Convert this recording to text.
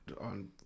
on